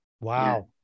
Wow